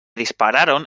dispararon